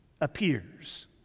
appears